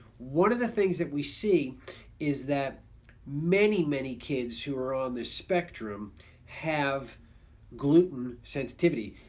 one of the things that we see is that many many kids who are on this spectrum have gluten sensitivity,